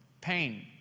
pain